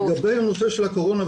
לגבי הנושא של הקורונה,